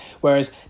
Whereas